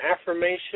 affirmation